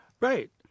Right